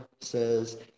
says